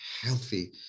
healthy